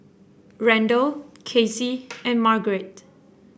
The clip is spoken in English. Randall Casey and Margaret